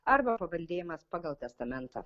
arba paveldėjimas pagal testamentą